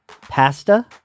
pasta